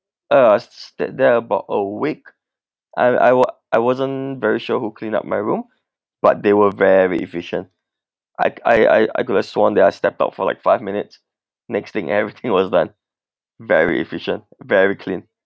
uh I stayed there about a week I I wa~ I wasn't very sure who clean up my room but they were very efficient I I I could have sworn that I stepped out for like five minutes next thing everything was done very efficient very clean